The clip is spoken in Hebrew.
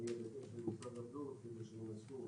נהיה בקשר עם משרד הבריאות כדי שינסחו